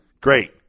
Great